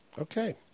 Okay